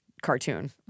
cartoon